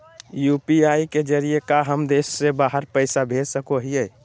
UPI के जरिए का हम देश से बाहर पैसा भेज सको हियय?